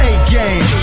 A-game